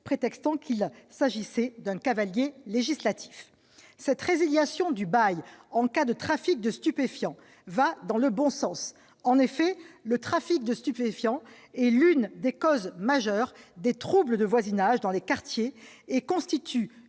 estimé qu'il s'agissait d'un cavalier législatif. La résiliation du bail en cas de trafic de stupéfiants va dans le bon sens. En effet, le trafic de stupéfiants est l'une des causes majeures des troubles de voisinage dans les quartiers et constitue,